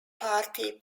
party